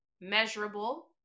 measurable